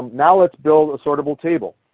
now let's build a sortable table.